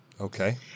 Okay